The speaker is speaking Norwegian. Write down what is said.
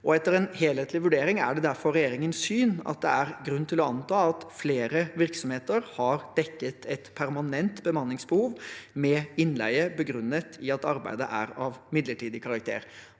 Etter en helhetlig vurdering er det derfor regjeringens syn at det er grunn til å anta at flere virksomheter har dekket et permanent bemanningsbehov med innleie begrunnet i at arbeidet er av midlertidig karakter.